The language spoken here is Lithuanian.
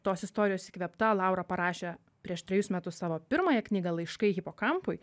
tos istorijos įkvėpta laura parašė prieš trejus metus savo pirmąją knygą laiškai hipokampui